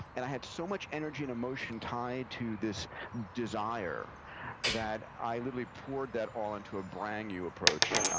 and i had so much energy and emotion tied to this desire that i literally poured that all into a brand new approach,